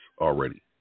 already